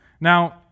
now